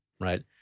right